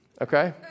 okay